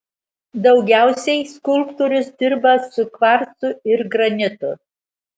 daugiausiai skulptorius dirba su kvarcu ir granitu